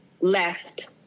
left